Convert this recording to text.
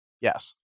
Yes